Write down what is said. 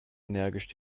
energisch